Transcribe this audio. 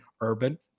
Urban